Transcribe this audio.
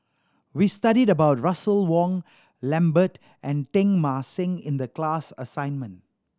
we studied about Russel Wong Lambert and Teng Mah Seng in the class assignment